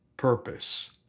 purpose